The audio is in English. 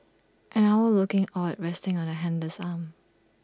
an owl looking awed resting on the handler's arm